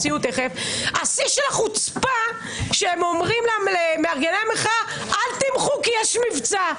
שהם אומרים למארגני המחאה אל תמחו כי יש מבצע.